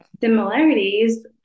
Similarities